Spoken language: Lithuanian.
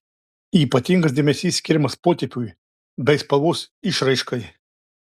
ypatingas dėmesys skiriamas potėpiui bei spalvos išraiškai